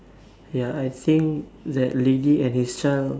ya I think that lady and his child